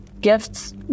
gifts